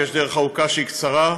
ויש דרך ארוכה שהיא קצרה.